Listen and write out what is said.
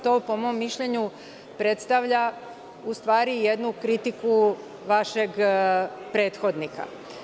To, po mom mišljenju, predstavlja u stvari jednu kritiku vašeg prethodnika.